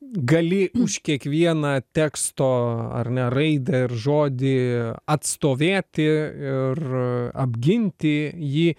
gali už kiekvieną teksto ar ne raidę ir žodį atstovėti ir apginti jį